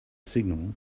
signal